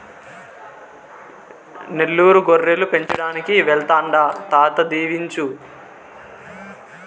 నెల్లూరు గొర్రెలు పెంచడానికి వెళ్తాండా తాత దీవించు